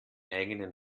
eigenen